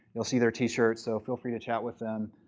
you'll see their t-shirts. so feel free to chat with them.